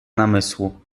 namysłu